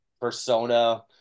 persona